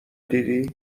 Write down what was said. دیدی